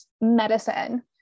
medicine